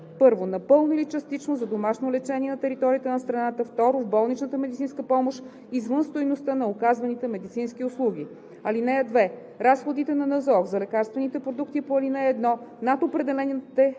1. напълно или частично за домашно лечение на територията на страната; 2. в болничната медицинска помощ извън стойността на оказваните медицински услуги. (2) Разходите на НЗОК за лекарствените продукти по ал. 1 над определените